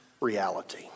reality